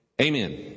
Amen